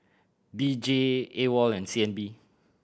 D J AWOL and C N B